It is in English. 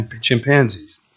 chimpanzees